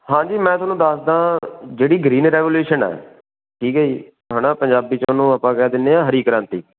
ਹਾਂਜੀ ਮੈਂ ਤੁਹਾਨੂੰ ਦੱਸਦਾ ਜਿਹੜੀ ਗ੍ਰੀਨ ਰੈਵੋਲਊਸ਼ਨ ਹੈ ਠੀਕ ਹੈ ਜੀ ਹੈ ਨਾ ਪੰਜਾਬੀ 'ਚ ਉਹਨੂੰ ਆਪਾਂ ਕਹਿ ਦਿੰਦੇ ਹਾਂ ਹਰੀ ਕ੍ਰਾਂਤੀ